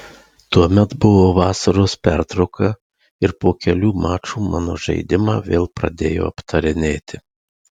tuomet buvo vasaros pertrauka ir po kelių mačų mano žaidimą vėl pradėjo aptarinėti